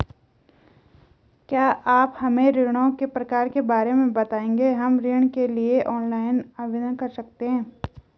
क्या आप हमें ऋणों के प्रकार के बारे में बताएँगे हम ऋण के लिए ऑनलाइन आवेदन कर सकते हैं?